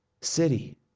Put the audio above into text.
city